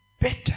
better